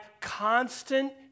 constant